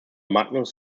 magnus